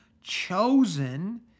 chosen